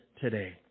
today